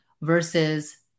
versus